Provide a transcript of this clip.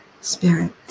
spirit